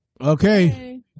Okay